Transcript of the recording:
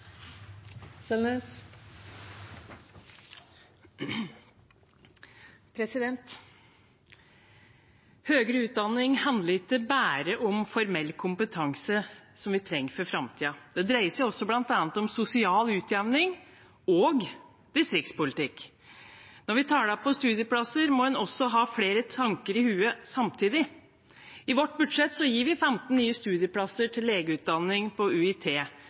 utdanning handler ikke bare om formell kompetanse vi trenger for framtiden. Det dreier seg også om bl.a. sosial utjevning og distriktspolitikk. Når vi teller studieplasser, må vi ha flere tanker i hodet samtidig. I vårt budsjett gir vi midler til 15 nye studieplasser til legeutdanning på UiT,